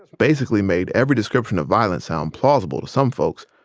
basically made every description of violence sound plausible to some folks,